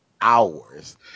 hours